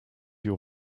your